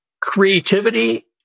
creativity